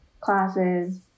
classes